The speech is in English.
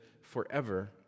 forever